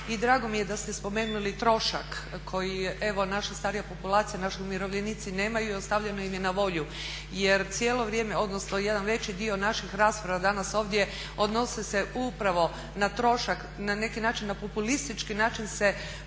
I drago mi je da ste spomenuli trošak koji evo naša starija populacija, naši umirovljenici nemaju i ostavljeno im je na volju. Jer cijelo vrijeme, odnosno jedan veći dio naših rasprava danas ovdje odnose se upravo na trošak, na neki način, na populistički način se pokušalo